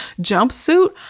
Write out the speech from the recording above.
jumpsuit